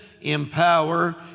empower